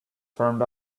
turned